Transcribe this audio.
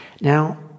Now